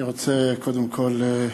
אני רוצה, קודם כול,